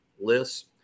lists